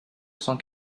cent